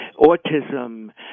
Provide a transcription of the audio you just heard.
Autism